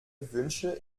wünsche